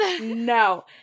No